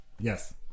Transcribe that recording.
Yes